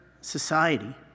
society